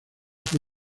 fue